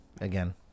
again